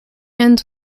ends